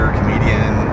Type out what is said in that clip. comedian